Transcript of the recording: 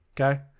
Okay